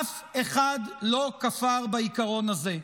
אף אחד לא כפר בעיקרון הזה.